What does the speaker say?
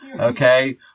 Okay